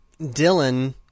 Dylan